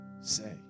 say